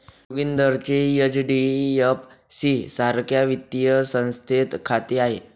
जोगिंदरचे एच.डी.एफ.सी सारख्या वित्तीय संस्थेत खाते आहे